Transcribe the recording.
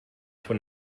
von